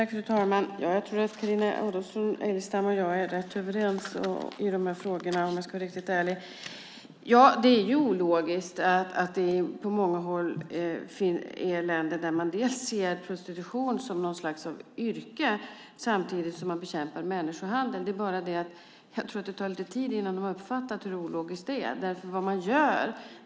Fru talman! Jag tror att Carina Adolfsson Elgestam och jag är rätt överens i frågorna. Ja, det är ologiskt att det finns länder där man ser på prostitution som ett yrke samtidigt som man bekämpar människohandel. Det tar lite tid innan de uppfattar hur ologiskt det är.